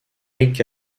rick